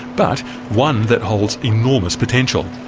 but one that holds enormous potential.